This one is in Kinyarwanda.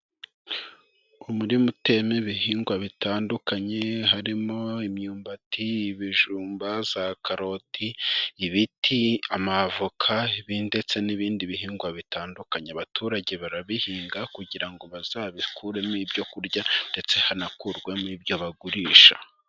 Umurima uteyemo ibihingwa bitandukanye harimo imyumbati, ibijumba, za karoti, ibiti, ama avoka ndetse n'ibindi bihingwa bitandukanye, abaturage barabihinga kugira ngo bazabikuremo ibyo kurya ndetse hanakurwamo ibyo bagurisha.